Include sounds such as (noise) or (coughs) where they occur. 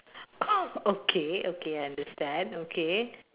(coughs) okay okay understand okay